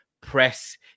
press